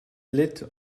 lit